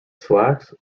slacks